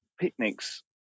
picnics